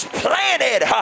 planted